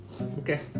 Okay